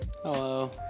hello